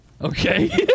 Okay